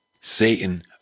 Satan